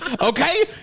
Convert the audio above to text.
Okay